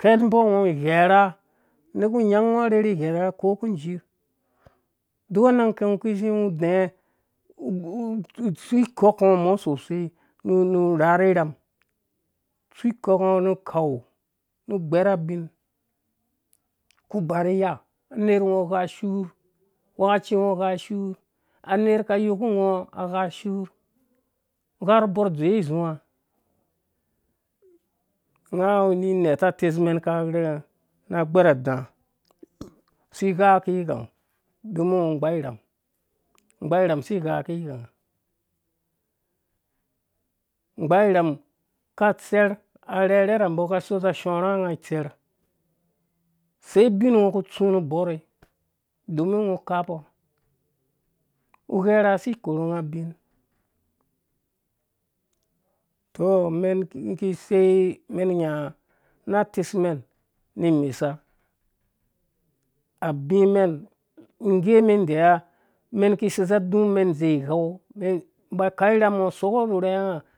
ken mbɔ ngɔ ugharha nebu nyango arherhi igharha ko ku jirh duk anang kɛ ngɔ ku zi ngo udɛɛ utsu ikok ngɔ umɔ sosai nu rharhe irhan tsu ikok ngɔ nu khau nu gbɛr abin kuka shi iya anerh ngo agha ashur awekaci ngɔ agha shur anerh ka yoo ku ngɔ agha ashu gha ru borh dzowe izuwa nga mnata atesmɛn ka na ghɛr ada si gha ki yikango don ngɔ wu igbaa irham igbaa irham asis gha ki yikanga ngbaa irham aka tsɛr rarherambɔ aka so za shɔrhanga itsɛrh se ubin ngo ku stu nu borɛ domin ngo ku stu nu borɛ domin ngo khapo ugherha asi korunga ubin to umen kiisei. men iwu na tesmen mɛn mesa abi mɛn ngge mɛn ngge mɛn deyiwa mɛn ki sei sa du mɛn dze ighau ngɔ ba khau irham ngɔ soko nu rhenga